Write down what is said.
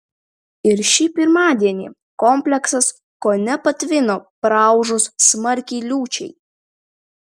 ir šį pirmadienį kompleksas kone patvino praūžus smarkiai liūčiai